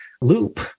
Loop